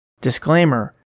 Disclaimer